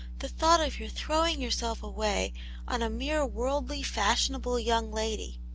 the thought of your throwing yourself away on a mere worldly, fashionable young lady,